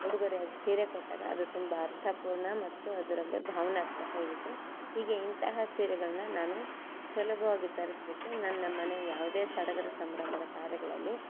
ಉಡ್ಗೊರೆಯಾಗಿ ಸೀರೆ ಕೊಟ್ಟಾಗ ಅದು ತುಂಬ ಅರ್ಥಪೂರ್ಣ ಮತ್ತು ಅದರಲ್ಲಿ ಭಾವನಾತ್ಮಕ ಇರುತ್ತೆ ಹೀಗೆ ಇಂತಹ ಸೀರೆಗಳನ್ನ ನಾನು ಸುಲಭವಾಗಿ ತರಿಸ್ಬಿಟ್ಟು ನನ್ನ ಮನೆ ಯಾವುದೇ ಸಡಗರ ಸಂಭ್ರಮದ ಕಾರ್ಯಗಳಲ್ಲಿ